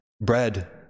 bread